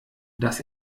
dass